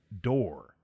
door